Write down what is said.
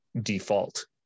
default